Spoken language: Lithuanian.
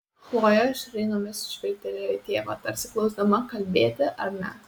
chlojė šnairomis žvilgtelėjo į tėvą tarsi klausdama kalbėti ar ne